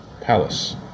palace